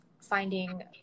finding